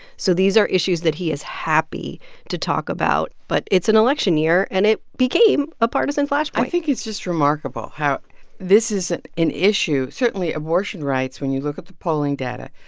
so these are issues that he is happy to talk about. but it's an election year, and it became a partisan flashpoint i think it's just remarkable how this is an an issue certainly abortion rights, when you look at the polling data,